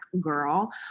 girl